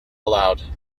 allowed